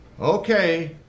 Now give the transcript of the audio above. Okay